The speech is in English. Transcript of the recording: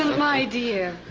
my dear.